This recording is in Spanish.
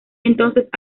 entonces